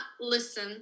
listen